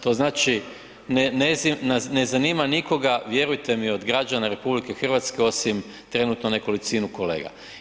To znači, ne zaima nikoga vjerujte mi od građana RH osim trenutno nekolicinu kolega.